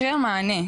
אחרי המענה,